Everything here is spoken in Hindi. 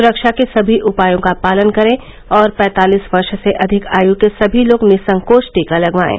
सुरक्षा के सभी उपायों का पालन करें और पैंतालीस वर्ष से अधिक आयु के सभी लोग निःसंकोच टीका लगवाएं